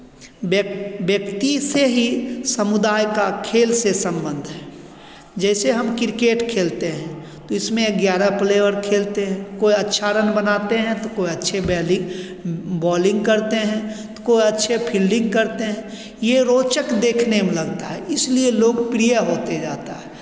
व्यक् व्यक्ति से ही समुदाय का खेल से सम्बन्ध है जैसे हम क्रिकेट खेलते हैं तो इसमें ग्यारह प्लेयर खेलते हैं कोइ अच्छा रन बनाते हैं तो कोई अच्छे बॉलिंग बाॅलिंग करते हैं तो कोई अच्छी फील्डिंग करते हैं ये रोचक देखने में लगता है इसलिए लोकप्रिय होते जाता है